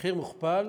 המחיר מוכפל,